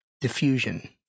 Diffusion